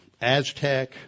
Aztec